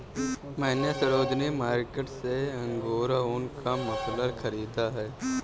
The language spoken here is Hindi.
मैने सरोजिनी मार्केट से अंगोरा ऊन का मफलर खरीदा है